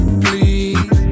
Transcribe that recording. please